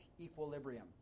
equilibrium